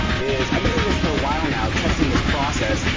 is i've been doing this for a while now, testing this process,